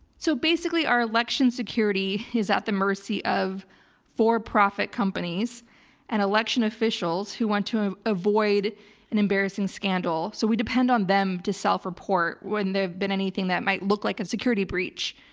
so basically our election security is at the mercy of for profit companies and election officials who want to avoid an embarrassing scandal. so we depend on them to self report when they've been anything that might look like a security breach.